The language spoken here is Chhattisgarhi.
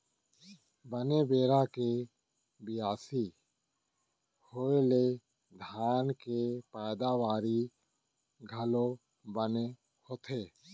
बने बेरा के बियासी होय ले धान के पैदावारी घलौ बने होथे